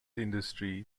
industry